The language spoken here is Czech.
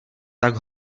tak